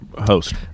host